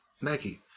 Maggie